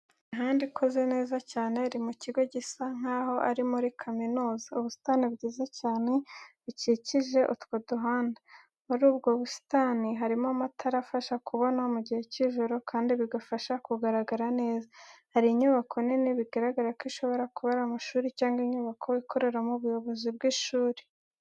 Imihanda ikoze neza cyane iri mu kigo gisa nk'aho ari muri kaminuza, ubusitani bwiza cyane bukikije utwo duhanda. Muri ubwo busitani harimo amatara afasha kubona mu gihe cy'ijoro kandi bigafasha kugaragara neza. Hari inyubako nini bigaragara ko ishobora kuba ari amashuri cyangwa inyubako ikoreramo ubuyobozi bw'ishuri.